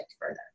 further